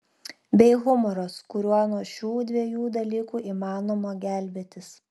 bei humoras kuriuo nuo šių dviejų dalykų įmanoma gelbėtis